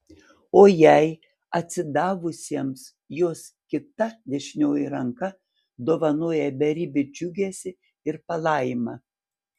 o jai atsidavusiems jos kita dešinioji ranka dovanoja beribį džiugesį ir palaimą